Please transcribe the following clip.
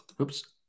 Oops